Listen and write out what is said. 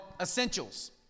Essentials